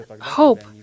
hope